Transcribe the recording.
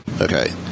Okay